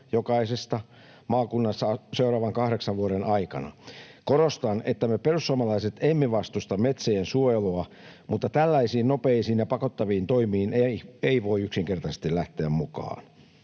jokaisesta maakunnasta seuraavan kahdeksan vuoden aikana. Korostan, että me perussuomalaiset emme vastusta metsien suojelua, mutta tällaisiin nopeisiin ja pakottaviin toimiin ei yksinkertaisesti voi lähteä mukaan.